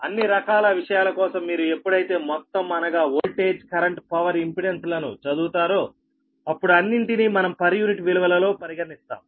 అన్ని రకాల విషయాల కోసం మీరు ఎప్పుడైతే మొత్తం అనగా వోల్టేజ్ కరెంట్ పవర్ ఇంపెడెన్స్ లను చదువుతారో అప్పుడు అన్నింటినీ మనం పర్ యూనిట్ విలువలలో పరిగణిస్తాం